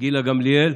גילה גמליאל,